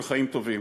של חיים טובים.